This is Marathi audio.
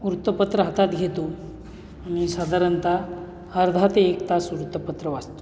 वृत्तपत्र हातात घेतो आणि साधारणतः अर्धा ते एक तास वृत्तपत्र वासतो